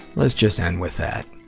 let's just end with that.